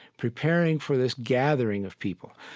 preparing for this gathering of people.